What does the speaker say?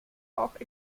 auch